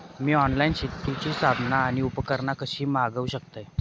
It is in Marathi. मी ऑनलाईन शेतीची साधना आणि उपकरणा कशी मागव शकतय?